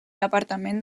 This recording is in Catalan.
departament